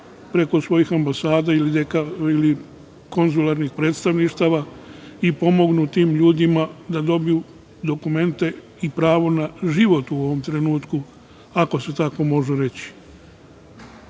preko svojih ambasada ili konzularnih predstavništava i pomognu tim ljudima da dobiju dokumente i pravo na život u ovom trenutku, ako se tako može reći. Mnogi